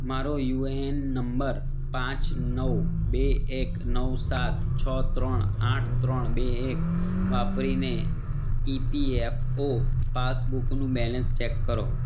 મારો યુએએન નંબર પાંચ નવ બે એક નવ સાત છ ત્રણ આઠ ત્રણ બે એક વાપરીને ઇપીએફઓ પાસબુકનું બેલેન્સ ચેક કરો